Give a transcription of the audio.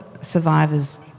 survivors